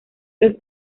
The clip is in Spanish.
los